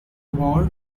war